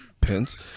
Pence